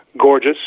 gorgeous